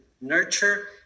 nurture